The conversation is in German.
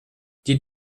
die